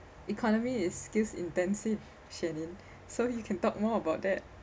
economy is skills intensive shanine so you can talk more about that